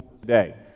today